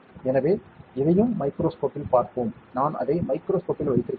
எனவே இதையும் மைக்ரோஸ்கோப்பில் பார்ப்போம் நான் அதை மைக்ரோஸ்கோப்பில் வைத்திருக்கிறேன்